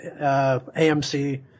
AMC